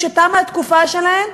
כשתמה התקופה שלהן,